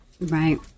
right